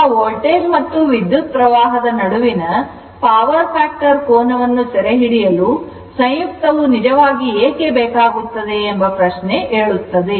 ಈಗ ವೋಲ್ಟೇಜ್ ಮತ್ತು ವಿದ್ಯುತ್ ಪ್ರವಾಹದ ನಡುವಿನ ಪವರ್ ಫ್ಯಾಕ್ಟರ್ ಕೋನವನ್ನು ಸೆರೆಹಿಡಿಯಲು ಸಂಯುಕ್ತವು ನಿಜವಾಗಿ ಏಕೆ ಬೇಕಾಗುತ್ತದೆ ಎಂಬ ಪ್ರಶ್ನೆ ಏಳುತ್ತದೆ